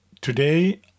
Today